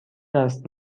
است